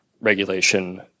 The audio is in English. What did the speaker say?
regulation